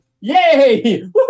yay